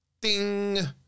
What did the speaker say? ding